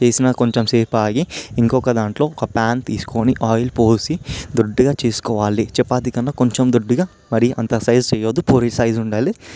చేసినా కొంచెం సేపు ఆగి ఇంకొక దాంట్లో ఒక ప్యాన్ తీసుకొని ఆయిల్ పోసి దొడ్డుగా చేసుకోవాలి చపాతీ కన్నా కొంచెం దొడ్డుగా మరీ అంత సైజు చేయవద్దు పూరి సైజ్ ఉండాలి